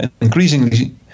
increasingly